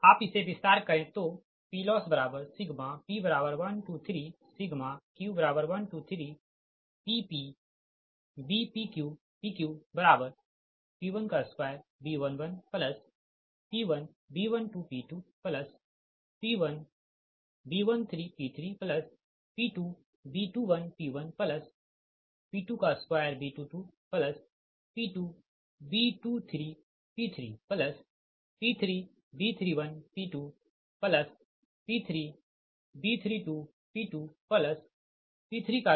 आप इसे विस्तार करे तो PLossp13q13PpBpqPqP12B11P1B12P2P1B13P3P2B21P1P22B22P2B23P3P3B31P2P3B32P2P3 2B23